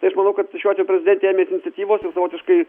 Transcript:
tai aš manau kad šiuo atveju prezidentė ėmėsi iniciatyvos ir savotiškai